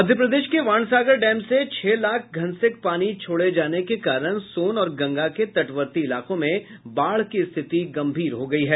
मध्य प्रदेश के बाणसागर डैम से छह लाख धनसेक पानी छोड़े जाने के कारण सोन और गंगा के तटवर्ती इलाकों में बाढ़ की स्थिति गम्भीर हो गयी है